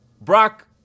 Brock